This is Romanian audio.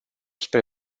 spre